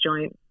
joint